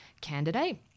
candidate